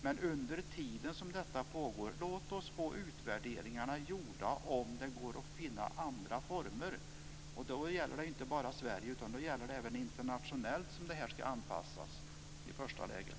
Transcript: Men under tiden som detta pågår, låt oss då få utvärderingarna gjorda om det går att finna andra former. Då gäller det inte bara Sverige, utan då gäller det också att anpassa detta internationellt i första läget.